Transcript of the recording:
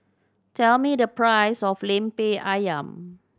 tell me the price of Lemper Ayam